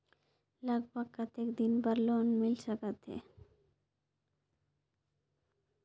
लगभग कतेक दिन बार लोन मिल सकत हे?